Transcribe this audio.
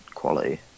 quality